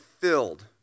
filled